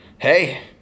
Hey